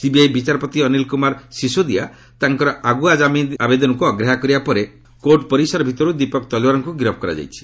CBI ବିଚାରପତି ଅନୀଲ କୁମାର ସିସୋଡିଆ ତାଙ୍କର ଆଗୁଆ ଜାମିନ୍ ଆବେଦନକୁ ଅଗ୍ରାହ୍ୟ କରିବା ପରେ କୋର୍ଟ୍ ପରିସର ଭିତରୁ ଦୀପକ ତଲୱାରଙ୍କୁ ଗିରଫ୍ କରାଯାଇଛି